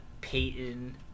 Peyton